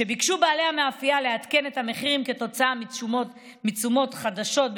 כשביקשו בעלי המאפייה לעדכן את המחירים כתוצאה מתשומות חדשות,